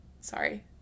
Sorry